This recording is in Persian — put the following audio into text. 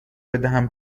بدهم